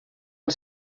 els